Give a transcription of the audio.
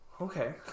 okay